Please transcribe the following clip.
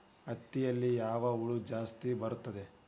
ಹತ್ತಿಯಲ್ಲಿ ಯಾವ ಹುಳ ಜಾಸ್ತಿ ಬರುತ್ತದೆ?